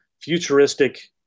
futuristic